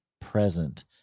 present